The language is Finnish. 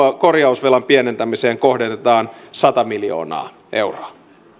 korjausvelan pienentämiseen kohdennetaan sata miljoonaa euroa